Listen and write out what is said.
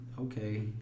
okay